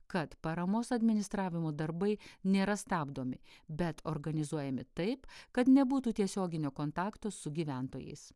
kad paramos administravimo darbai nėra stabdomi bet organizuojami taip kad nebūtų tiesioginio kontakto su gyventojais